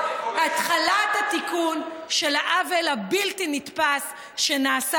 התחלת התיקון של העוול הבלתי-נתפס שנעשה